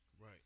Right